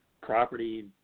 property